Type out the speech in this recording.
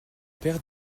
paire